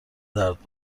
درد